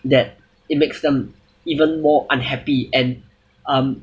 that it makes them even more unhappy and um